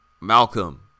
Malcolm